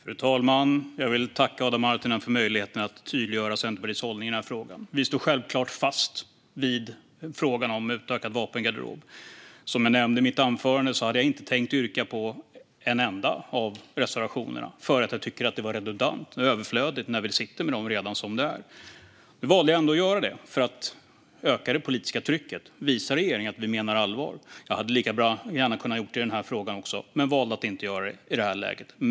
Fru talman! Jag vill tacka Adam Marttinen för möjligheten att tydliggöra Centerpartiets hållning i den här frågan. Vi står självklart fast vid vår hållning i frågan om utökad vapengarderob. Som jag nämnde i mitt anförande hade jag inte tänkt ställa mig bakom en enda av reservationerna eftersom jag tyckte att det var redundant, överflödigt, när vi sitter med dem redan som det är. Nu valde jag ändå att göra det för att öka det politiska trycket och visa regeringen att vi menar allvar. Jag hade lika gärna kunnat göra det i den här frågan också men valde att inte göra det i det här läget.